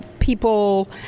People